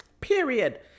period